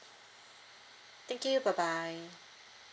thank you bye bye